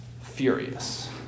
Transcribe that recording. furious